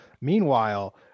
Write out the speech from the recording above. Meanwhile